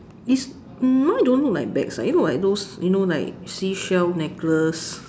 is mine don't look like bags ah you know like those you know like seashell necklace